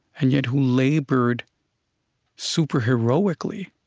and yet who labored super-heroically,